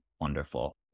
wonderful